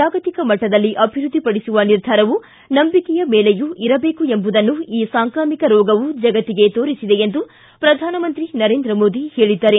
ಜಾಗತಿಕ ಮಟ್ಟದಲ್ಲಿ ಅಭಿವೃದ್ಧಿಪಡಿಸುವ ನಿರ್ಧಾರವು ನಂಬಿಕೆಯ ಮೇಲೆಯೂ ಇರಬೇಕು ಎಂಬುವುದನ್ನು ಈ ಸಾಂಕ್ರಾಮಿಕ ರೋಗವು ಜಗತ್ತಿಗೇ ತೋರಿಸಿದೆ ಎಂದು ಪ್ರಧಾನಮಂತ್ರಿ ನರೇಂದ್ರ ಮೋದಿ ಹೇಳಿದ್ದಾರೆ